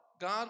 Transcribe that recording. God